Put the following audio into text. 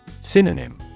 Synonym